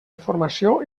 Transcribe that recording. informació